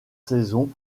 saison